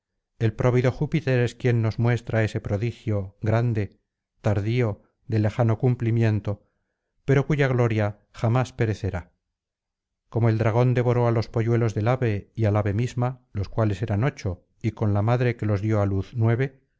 el próvido júpiter es quien nos muestra ese prodigio grande tardío de lejano cumplimiento pero cuya gloria jamás perecerá como el dragón devoró á los pouuelos del ave y al ave misma los cuales eran ocho y con la madre que los dio á luz